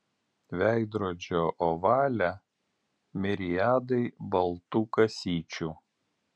veidrodžio ovale miriadai baltų kasyčių